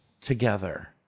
together